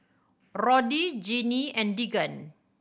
Roddy Genie and Deegan